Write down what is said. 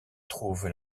trouvent